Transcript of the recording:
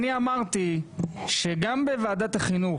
אמרתי שגם בוועדת החינוך,